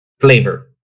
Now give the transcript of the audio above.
flavor